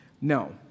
No